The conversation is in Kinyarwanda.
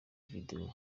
video